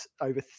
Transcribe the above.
over